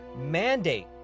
mandate